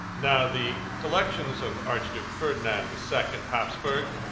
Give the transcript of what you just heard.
now the collections of archduke ferdinand the second, hapsburg,